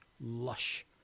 lush